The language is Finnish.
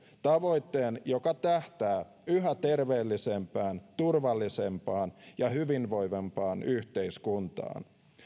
tavoitteen joka tähtää yhä terveellisempään turvallisempaan ja hyvinvoivempaan yhteiskuntaan